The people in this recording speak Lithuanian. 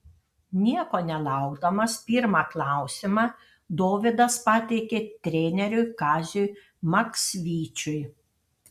nieko nelaukdamas pirmą klausimą dovydas pateikė treneriui kaziui maksvyčiui